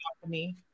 company